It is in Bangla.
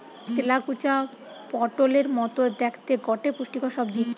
তেলাকুচা পটোলের মতো দ্যাখতে গটে পুষ্টিকর সবজি